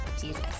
Jesus